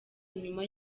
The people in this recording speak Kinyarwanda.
inyuma